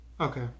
okay